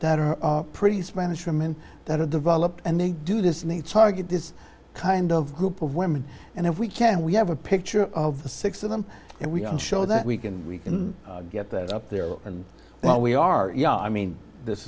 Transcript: that are pretty spanish women that are developed and they do this in a charge of this kind of group of women and if we can we have a picture of the six of them and we don't show that we can we can get that up there and while we are young i mean this